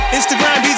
Instagram